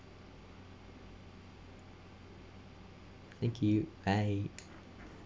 thank you bye